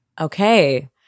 Okay